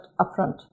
upfront